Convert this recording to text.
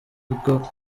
ibyo